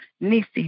Nisi